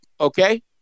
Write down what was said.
okay